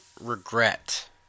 regret